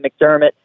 McDermott